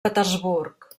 petersburg